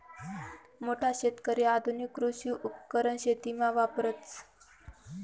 मोठा शेतकरी आधुनिक कृषी उपकरण शेतीमा वापरतस